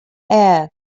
heir